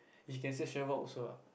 he can say chef or also ah